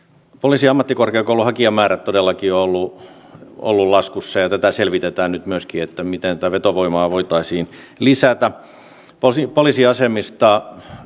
poliisiammattikorkeakoulun hakijamäärät todellakin ovat olleet laskussa ja tätä selvitetään nyt myöskin miten tätä vetovoimaa voitaisiin lisätä